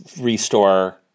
Restore